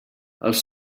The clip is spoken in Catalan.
els